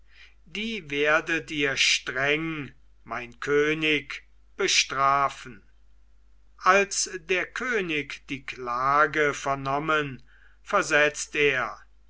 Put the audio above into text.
die werdet ihr streng mein könig bestrafen als der könig die klage vernommen versetzt er